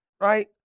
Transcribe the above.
right